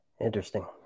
Interesting